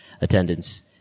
attendance